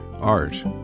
art